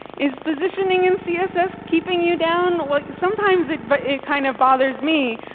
is positioning in css keeping you down? well, sometimes it but it kind of bothers me.